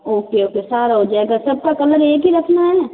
okay okay सारा हो जाएगा सबका कलर एक ही रखना है